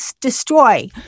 destroy